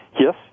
Yes